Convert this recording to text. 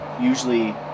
usually